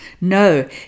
No